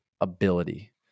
ability